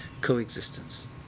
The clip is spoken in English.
coexistence